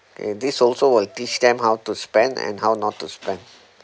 and this also will teach them how to spend and how not to spend